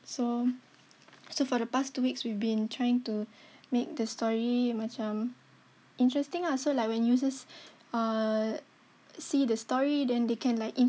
so so for the past two weeks we've been trying to make the story macam interesting ah so like when users uh see the story then they can like